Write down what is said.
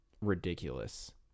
ridiculous